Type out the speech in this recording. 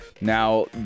now